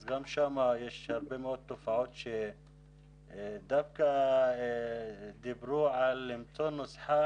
אז גם שם יש הרבה מאוד תופעות שדווקא דיברו על למצוא נוסחה